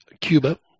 Cuba